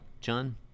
John